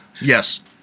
yes